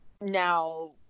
now